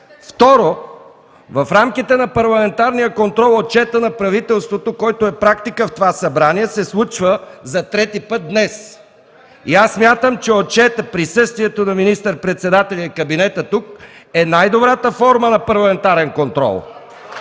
Второ, в рамките на парламентарния контрол отчетът на правителството, който е практика в това Събрание, се случва за трети път днес. Смятам, че отчетът, присъствието на министър-председателя и кабинета тук е най-добрата форма на парламентарен контрол!